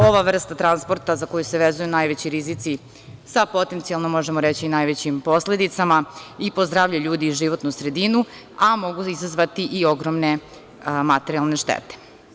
Ova vrsta transporta za koju se vezuju najveći rizici sa potencijalno, možemo reći, najvećim posledicama i po zdravlje ljudi i životnu sredinu, a mogu izazvati i ogromne materijalne štete.